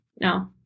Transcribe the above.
no